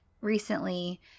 recently –